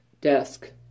desk